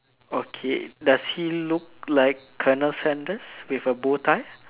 okay does he look like Colonel Sanders with a bow tie